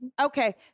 Okay